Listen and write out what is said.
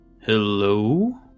Hello